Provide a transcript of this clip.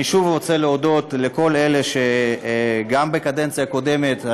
אני שוב רוצה להודות לכל אלה שגם בקדנציה הקודמת,